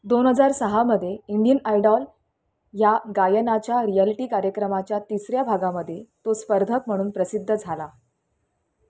दोन हजार सहामध्ये इंडियन आयडॉल या गायनाच्या रियलिटी कार्यक्रमाच्या तिसऱ्या भागामध्ये तो स्पर्धक म्हणून प्रसिद्ध झाला